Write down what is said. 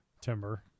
timber